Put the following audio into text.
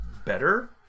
Better